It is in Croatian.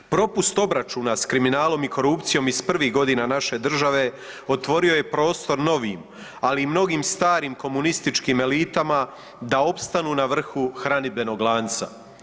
Propust obračuna s kriminalom i korupcijom iz prvih godina naše države otvorio je prostor novim ali i mnogim starim komunističkim elitama da opstanu na vrhu hranidbenog lanca.